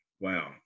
Wow